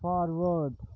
forward